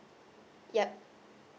yup